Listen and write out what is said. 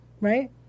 Right